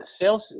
Sales